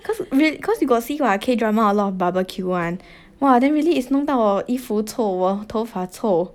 cause real~ cause you got see [what] K drama a lot of barbecue [one] !wah! then really is 弄到我衣服臭我头发臭